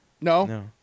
No